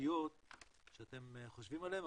השגרתיות שאתם חושבים עליהן,